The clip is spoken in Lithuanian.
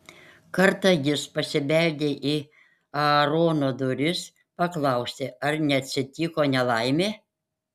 kartą jis pasibeldė į aarono duris paklausti ar neatsitiko nelaimė